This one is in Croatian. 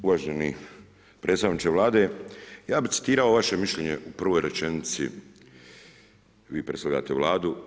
Uvaženi predstavniče Vlade, ja bi citirao vaše mišljenje u prvoj rečenici, vi predstavljate Vladu.